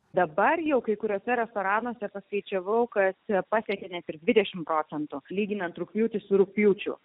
dabar jau kai kuriuose restoranuose paskaičiavau kas jau pasiekė net ir dvidešim proc lyginant rugpjūtis rugpjūčio